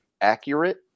accurate